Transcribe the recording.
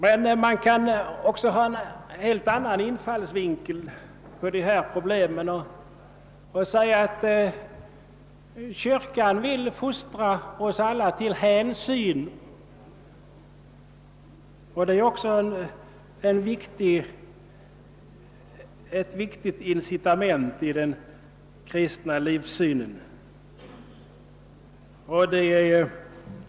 Men man kan anlägga en helt annan infallsvinkel också och säga att kyrkan vill fostra oss alla till hänsyn. Det är också ett viktigt incitament i den kristna livssynen.